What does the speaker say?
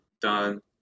done